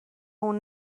اون